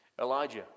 Elijah